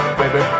baby